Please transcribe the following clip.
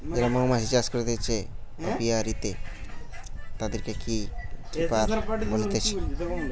যারা মৌমাছি চাষ করতিছে অপিয়ারীতে, তাদিরকে বী কিপার বলতিছে